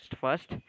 first